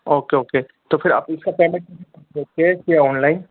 okay okay तो फिर आप इसका पेमेंट केश या ओनलाइन